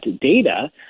data